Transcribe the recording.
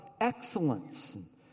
excellence